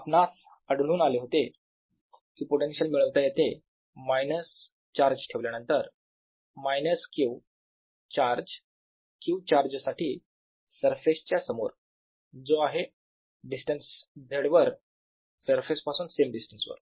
आपणास आढळून आले होते कि पोटेन्शियल मिळवता येते मायनस चार्ज ठेवल्यानंतर मायनस q चार्ज q चार्जसाठी सरफेस च्या समोर जो आहे डिस्टन्स Z वर सरफेस पासून सेम डिस्टन्स वर